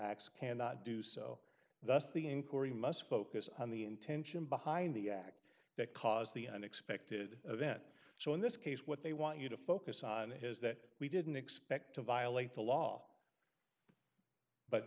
acts cannot do so thus the inquiry must focus on the intention behind the act that caused the unexpected event so in this case what they want you to focus on is that we didn't expect to violate the law but